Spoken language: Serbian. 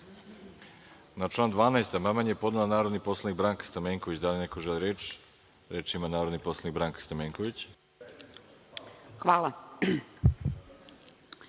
član 12. amandman je podnela narodni poslanik Branka Stamenković. Da li neko želi reč? Reč ima narodni poslanik Branka Stamenković.